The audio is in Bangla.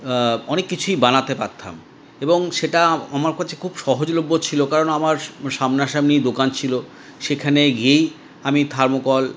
অনেক কিছুই বানাতে পারতাম এবং সেটা আমার কাছে খুব সহজলভ্য ছিল কারণ আমার সামনা সামনি দোকান ছিল সেখানে গিয়েই আমি থার্মোকল